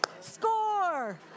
score